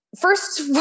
First